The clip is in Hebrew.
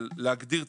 על להגדיר תקציב,